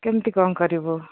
କେମିତି କ'ଣ କରିବୁ